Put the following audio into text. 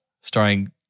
starring